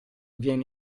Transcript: viene